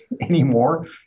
anymore